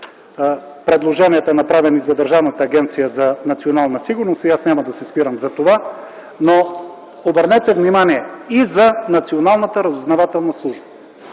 предложенията, направени за Държавната агенция „Национална сигурност” и аз няма да се спирам на това. Но, обърнете внимание – и за